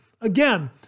Again